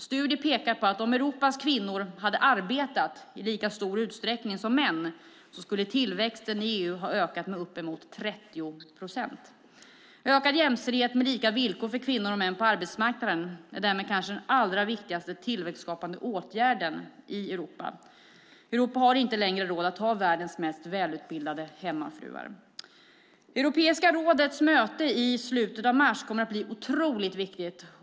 Studier pekar på att om Europas kvinnor hade arbetat i lika stor utsträckning som män skulle tillväxten i EU ha ökat med uppemot 30 procent. Ökad jämställdhet med lika villkor för kvinnor och män på arbetsmarknaden är därmed den kanske allra viktigaste tillväxtskapande åtgärden i Europa. Europa har inte längre råd att ha världens mest välutbildade hemmafruar. Europeiska rådets möte i slutet av mars kommer att bli otroligt viktigt.